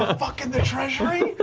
ah fuck in the treasury?